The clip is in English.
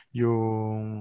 yung